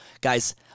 Guys